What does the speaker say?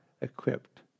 equipped